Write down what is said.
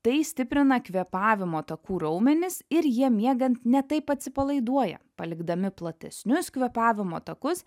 tai stiprina kvėpavimo takų raumenis ir jie miegant ne taip atsipalaiduoja palikdami platesnius kvėpavimo takus